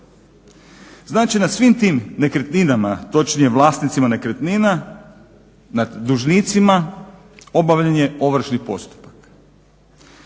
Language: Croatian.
Znači, na svim tim nekretninama točnije vlasnicima nekretnina, nad dužnicima obavljen je ovršni postupak.